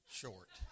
short